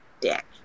dick